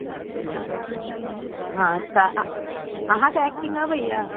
अच्छा हँ तऽ आओर अहाँके एक्टिङ्ग अबैए